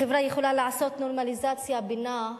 החברה יכולה לעשות נורמליזציה בינה,